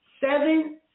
seven